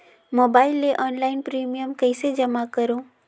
Mobile ले online premium कइसे जमा करों?